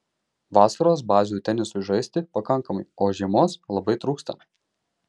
vasaros bazių tenisui žaisti pakankamai o žiemos labai trūksta